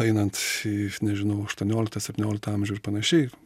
einant į nežinau aštuonioliktą septynioliktą amžių ir panašiai